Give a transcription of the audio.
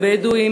הבדואי,